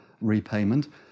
repayment